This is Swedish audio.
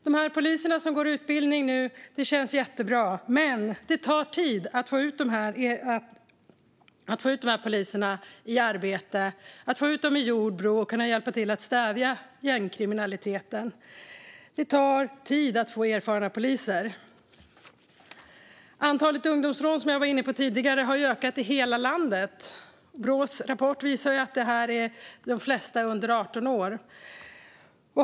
Att poliser går utbildningen nu känns jättebra. Men det tar tid att få ut dem i arbete, att få ut dem i Jordbro, så att de kan hjälpa till att stävja gängkriminaliteten. Det tar tid att få erfarna poliser. Antalet ungdomsrån har, som jag var inne på tidigare, ökat i hela landet. Brås rapport visar att de flesta är under 18 år.